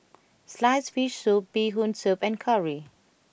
Sliced Fish Soup Bee Hoon Soup and Curry